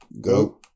go